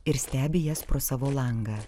ir stebi jas pro savo langą